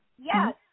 Yes